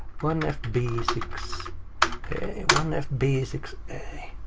one f b six a. one f b six a.